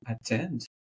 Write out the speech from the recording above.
attend